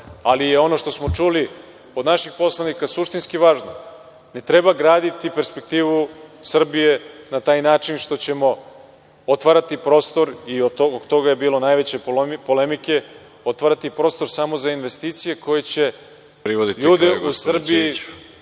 ali je ono što smo čuli od naših poslanika suštinski važno – ne treba graditi perspektivu Srbije na taj način što ćemo otvarati prostor, oko toga je bilo najveće polemike, samo za investicije koje će ljude u Srbiji